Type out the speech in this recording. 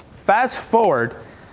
fast forward.